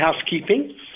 housekeeping